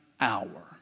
hour